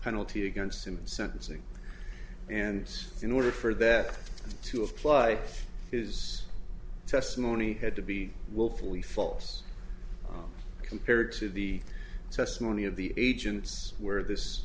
penalty against him sentencing and so in order for that to apply his testimony had to be willfully false compared to the testimony of the agents where this